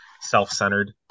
self-centered